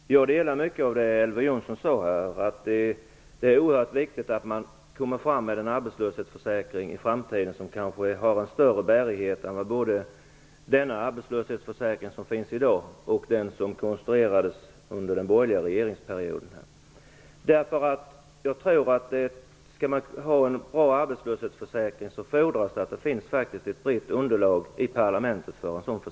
Fru talman! Jag instämmer i mycket av det som Elver Jonsson sade. Det är oerhört viktigt att man får fram en arbetslöshetsförsäkring i framtiden som har en större bärighet än både den arbetslöshetsförsäkring som finns i dag och den som konstruerades under den borgerliga regeringsperioden. För en bra arbetslöshetsförsäkring fordras det faktiskt ett det finns ett brett underlag i parlamentet.